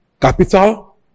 Capital